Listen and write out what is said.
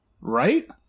Right